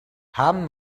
haben